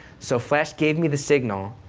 so flash gave me the signal,